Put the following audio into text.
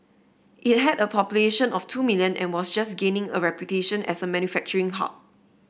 it had a population of two million and was just gaining a reputation as a manufacturing hub